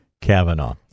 Kavanaugh